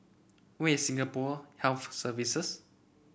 where is Singapore Health Services